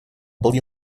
был